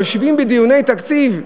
יושבים בדיוני תקציב,